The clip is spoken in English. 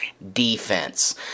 Defense